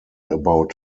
about